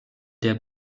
der